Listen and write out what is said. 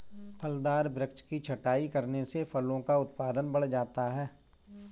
फलदार वृक्ष की छटाई करने से फलों का उत्पादन बढ़ जाता है